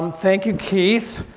um thank you kieth.